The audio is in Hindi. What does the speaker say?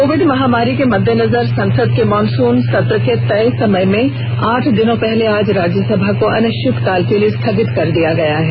कोविड महामारी के मद्देनजर संसद के मॉनसून सत्र के तय समय से आठ दिन पहले आज राज्यसभा को अनिश्चित काल के लिए स्थगित कर दिया गया है